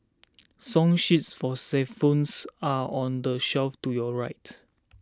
song sheets for xylophones are on the shelf to your right